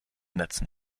netzen